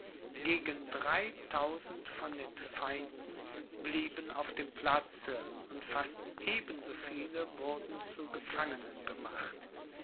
gegen dreitausend von den feinden blieben auf dem platze und fast eben so viele wurden zu gefangenen gemacht